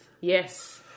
Yes